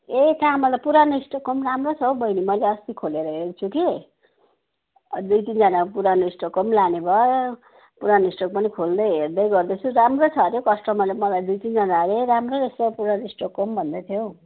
ए चामल त पुरानो स्टकको राम्रो छ हौ बहिनी मैले अस्ति खोलेर हेर्छु कि दुई तिनजना पुरानो स्टकको लाने भए पुरानो स्टक पनि खोल्दै हेर्दै गर्दैछु राम्रै छ हरे कस्टमरले मलाई दुई तिनजना ए राम्रै रहेछ पुरानो स्टकको भन्दै थियौ